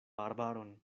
arbaron